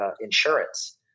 insurance